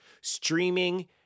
streaming